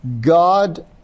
God